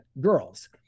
girls